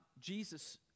Jesus